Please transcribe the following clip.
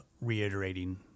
reiterating